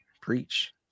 Preach